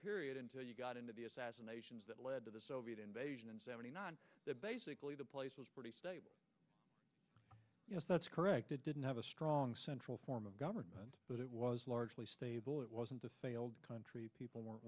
period until you got into the assassinations that led to the soviet invasion in seventy nine that basically the place was yes that's correct it didn't have a strong central form of government but it was largely stable it wasn't a failed country people were